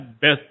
best